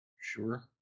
Sure